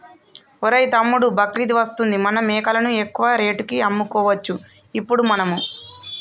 ఒరేయ్ తమ్ముడు బక్రీద్ వస్తుంది మన మేకలను ఎక్కువ రేటుకి అమ్ముకోవచ్చు ఇప్పుడు మనము